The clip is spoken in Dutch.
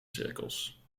cirkels